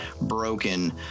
broken